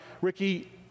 Ricky